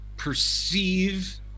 perceive